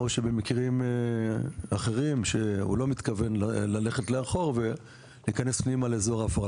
או שבמקרים אחרים שהוא לא מתכוון ללכת לאחור ולהיכנס פנימה לאזור ההפרה.